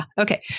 Okay